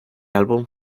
álbum